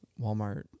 Walmart